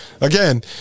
Again